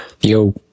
Yo